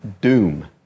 doom